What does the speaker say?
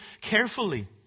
carefully